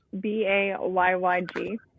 B-A-Y-Y-G